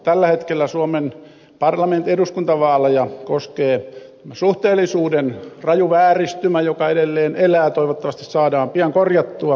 tällä hetkellä suomen eduskuntavaaleja koskee suhteellisuuden raju vääristymä joka edelleen elää ja toivottavasti saadaan pian korjattua